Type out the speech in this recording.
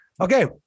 Okay